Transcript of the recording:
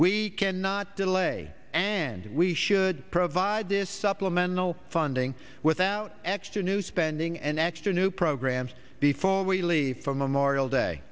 we cannot delay and we should provide this supplemental funding without extra new spending an extra new programs before we leave for memorial day